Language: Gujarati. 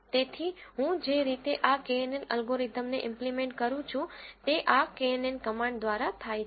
તેથી હું જે રીતે આ કેએનએન એલ્ગોરિધમને ઈમ્પલીમેન્ટ કરું છું તે આ કેએનએન કમાન્ડ દ્વારા થાય છે